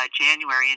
January